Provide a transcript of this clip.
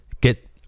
get